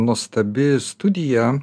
nuostabi studija